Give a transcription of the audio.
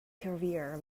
career